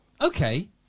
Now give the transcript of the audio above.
okay